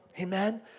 Amen